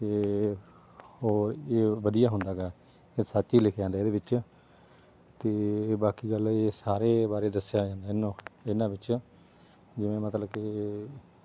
ਅਤੇ ਹੋਰ ਇਹ ਵਧੀਆ ਹੁੰਦਾ ਗਾ ਅਤੇ ਸੱਚ ਹੀ ਲਿਖਿਆ ਜਾਂਦਾ ਇਹਦੇ ਵਿੱਚ ਅਤੇ ਬਾਕੀ ਗੱਲ ਇਹ ਸਾਰੇ ਬਾਰੇ ਦੱਸਿਆ ਜਾਂਦਾ ਹੈ ਇਹਨੂੰ ਇਹਨਾਂ ਵਿੱਚ ਜਿਵੇਂ ਮਤਲਬ ਕਿ